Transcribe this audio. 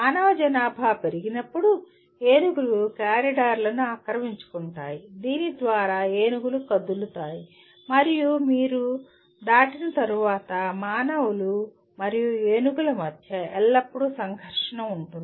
మానవ జనాభా పెరిగినప్పుడు ఏనుగులు కారిడార్లను ఆక్రమించుకుంటాయి దీని ద్వారా ఏనుగులు కదులుతాయి మరియు మీరు దాటిన తర్వాత మానవులు మరియు ఏనుగుల మధ్య ఎప్పుడూ సంఘర్షణ ఉంటుంది